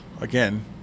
again